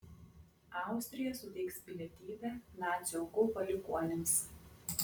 austrija suteiks pilietybę nacių aukų palikuonims